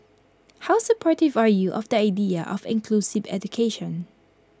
how supportive are you of the idea of inclusive education